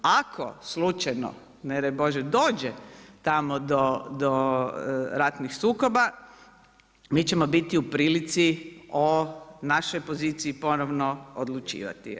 Ako slučajno ne daj Bože dođe tamo do ratnih sukoba mi ćemo biti u prilici o našoj poziciji ponovno odlučivati.